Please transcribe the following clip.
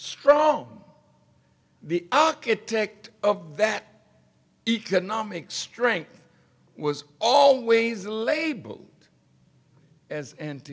strong the architect of that economic strength was always labeled as an